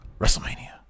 WrestleMania